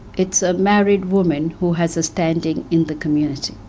it's a married woman who has a standing in the community.